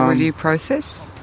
um review process?